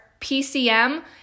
PCM